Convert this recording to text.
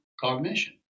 cognition